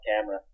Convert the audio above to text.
camera